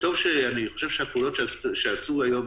אני חושב שהפעולות שעשו היום,